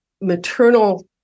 maternal